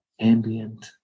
ambient